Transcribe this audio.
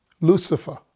Lucifer